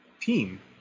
team